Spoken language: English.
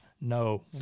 no